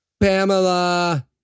Pamela